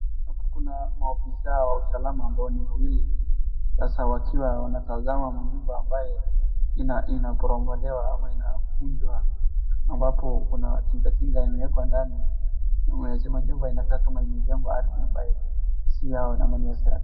Hapo kuna maafisa wa usalama ambao ni wawili sasa wakiwa wanatazama majumba ambaye inabomolewa ama inafunjwa ambapo kuna tingatinga imewekwa ndani. Majumba inakaa kama imejengwa ardhi ambaye si yao ama ni ya serikali.